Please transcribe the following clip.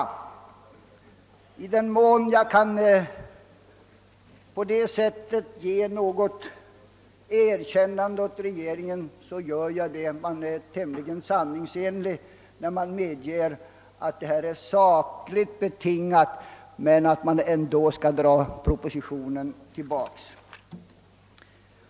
I den mån jag på detta sätt kan ge regeringen ett erkännande vill jag göra det: regeringen är tämligen sanningsenlig när den medger att det finns sakliga skäl för propositionen, men att den ändå skall dras tillhaka.